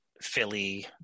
Philly